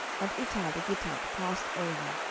and ittai the gittite passed over,